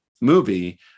movie